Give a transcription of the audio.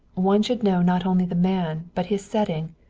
one should know not only the man, but his setting,